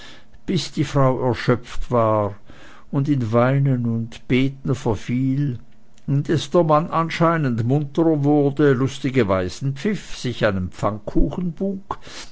bis die frau erschöpft war und in weinen und beten verfiel indes der mann anscheinend munterer wurde lustige weisen pfiff sich einen